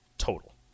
total